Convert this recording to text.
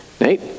Nate